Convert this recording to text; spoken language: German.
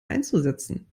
einzusetzen